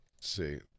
see